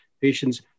patients